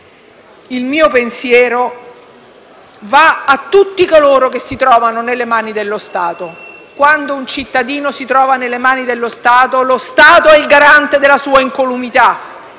Il mio pensiero va a tutti coloro che si trovano nelle mani dello Stato, perché quando un cittadino si trova nelle mani dello Stato, quest'ultimo è il garante della sua incolumità: